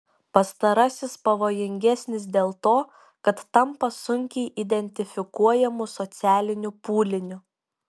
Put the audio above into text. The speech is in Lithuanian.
pastarasis pavojingesnis dėl to kad tampa sunkiai identifikuojamu socialiniu pūliniu